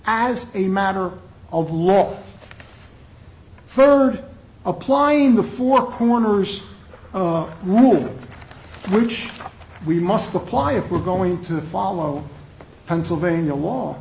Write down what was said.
as a matter of law furred applying the four corners rule which we must apply if we're going to follow pennsylvania law